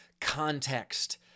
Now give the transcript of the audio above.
context